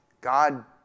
God